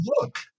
look